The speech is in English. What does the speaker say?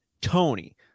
Tony